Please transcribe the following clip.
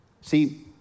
See